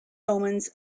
omens